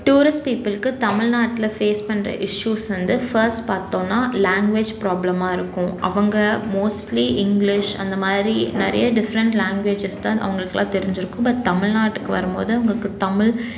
tourist பீப்பிளுக்கு தமிழ்நாட்டில் face பண்ற இஷ்யூஸ் வந்து ஃபர்ஸ்ட் பார்த்தோனா லாங்வேஜ் ப்ராப்ளமாக இருக்கும் அவங்க மோஸ்ட்லி இங்கிலீஷ் அந்தமாதிரி நிறையா டிஃப்ரெண்ட் லாங்வேஜஸ் தான் அவங்களுக்கெலாம் தெரிஞ்சிருக்கும் பட் தமிழ்நாட்டுக்கு வரும்போது அவங்களுக்கு தமிழ்